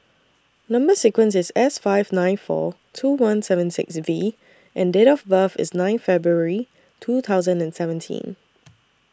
Number sequence IS S five nine four two one seven six V and Date of birth IS nine February two thousand and seventeen